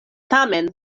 tamen